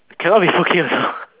cannot be okay or not